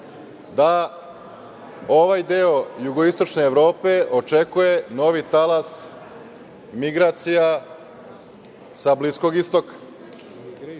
da ovaj deo jugoistočne Evrope očekuje novi talas migracija sa Bliskog Istoka